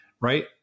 right